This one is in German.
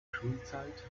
schulzeit